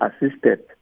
assisted